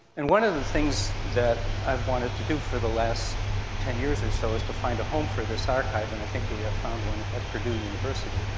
and one of the things that i've wanted to do for the last ten years or so is to find a home for this archive and i think we have found one at purdue university.